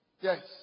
Yes